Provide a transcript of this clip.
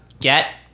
get